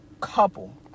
couple